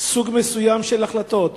סוג מסוים של החלטות,